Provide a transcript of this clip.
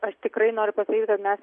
aš tikrai noriu pasakyti kad mes